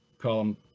column,